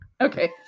Okay